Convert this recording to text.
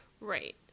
Right